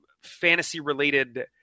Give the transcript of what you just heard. fantasy-related